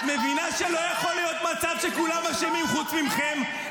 את מבינה שלא יכול להיות מצב שכולם אשמים חוץ ממכם?